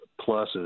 pluses